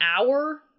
hour